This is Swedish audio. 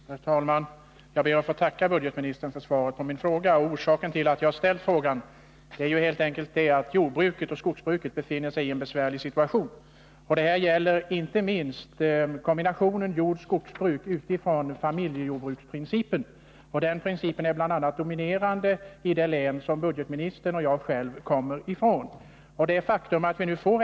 Herr talman! Jag ber att få tacka budgetministern för svaret på min fråga. Orsaken till att jag har ställt frågan är helt enkelt att jordoch skogsbruket befinner sig i en besvärlig situation. Det gäller inte minst dem som har kombinerade jordoch skogsbruk grundade på familjejordbruksprincipen. Familjejordbruken är dominerande bl.a. i det län som budgetministern och jag själv kommer ifrån.